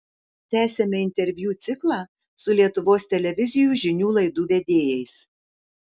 tęsiame interviu ciklą su lietuvos televizijų žinių laidų vedėjais